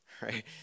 Right